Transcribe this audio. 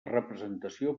representació